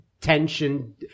tension